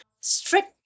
strict